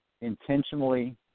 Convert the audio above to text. Intentionally